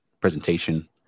presentation